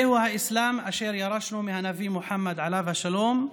זהו האסלאם אשר ירשנו מהנביא מוחמד, עליו השלום.